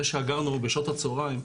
זה שאגרנו בשעות הצוהריים,